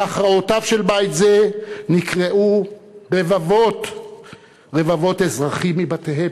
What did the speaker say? בהכרעותיו של בית זה נקרעו רבבות רבבות אזרחים מבתיהם,